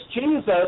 Jesus